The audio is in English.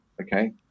Okay